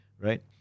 right